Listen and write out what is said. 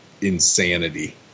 insanity